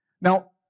Now